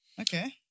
Okay